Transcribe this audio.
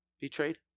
betrayed